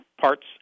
parts